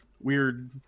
weird